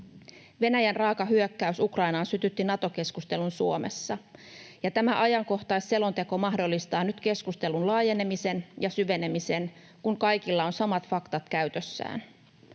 Venäjän raaka hyökkäys Ukrainaan sytytti Nato-keskustelun Suomessa, ja tämä ajankohtaisselonteko mahdollistaa nyt keskustelun laajenemisen ja syvenemisen, kun kaikilla on samat faktat käytössään.